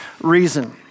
reason